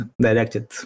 directed